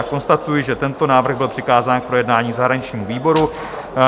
Konstatuji, že tento návrh byl přikázán k projednání zahraničnímu výboru.